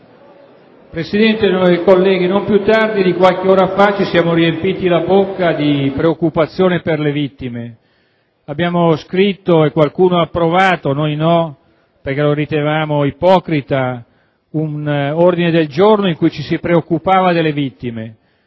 CASTELLI *(LNP)*. Non più tardi di qualche ora fa ci siamo riempiti la bocca di preoccupazioni per le vittime. È stato presentato, e qualcuno ha approvato (non noi, perché lo ritenevamo ipocrita), un ordine del giorno in cui ci si preoccupava delle vittime.